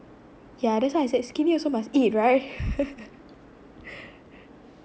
yeah that's why I said skinny also must eat right